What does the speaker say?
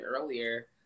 earlier